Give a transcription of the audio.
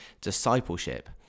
discipleship